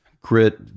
grit